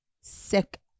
sick